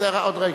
בסדר, עוד רגע.